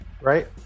right